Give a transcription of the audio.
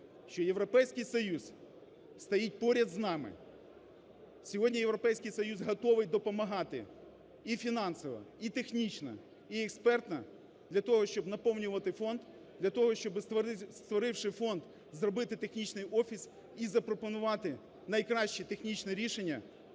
що Європейський Союз стоїть поряд з нами, сьогодні Європейський Союз готовий допомагати і фінансово, і технічно, і експертно для того, щоб наповнювати фонд, для того, щоби, створивши фонд, зробити технічний офіс і запропонувати найкраще технічне рішення